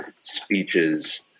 speeches